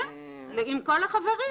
כדי לייצר את הנוסח המאזן הזה.